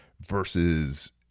versus